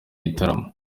gitaramo